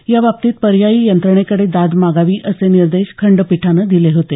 याबाबतीत पर्यायी यंत्रणेकडे दाद मागावी असे निर्देश खंडपीठानं दिले होते